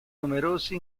numerosi